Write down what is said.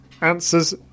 Answers